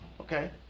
okay